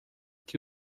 que